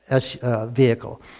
vehicle